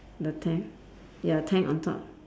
the tent ya tent on top